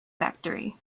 factory